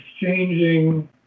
exchanging